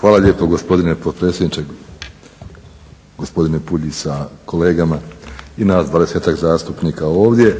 Hvala lijepo gospodine potpredsjedniče. Gospodine Puljiz sa kolegama i nas 20-tak zastupnika ovdje.